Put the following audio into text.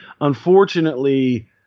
Unfortunately